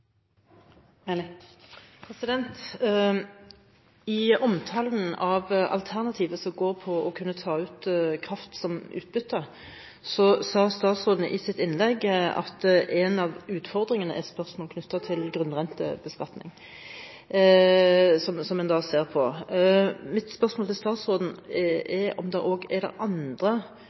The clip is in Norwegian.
I omtalen av alternativet som går på å kunne ta ut kraft som utbytte, sa statsråden i sitt innlegg at en av utfordringene er spørsmål knyttet til grunnrentebeskatning, som en da ser på. Mitt spørsmål til statsråden er om det også er andre